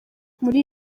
muri